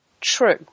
True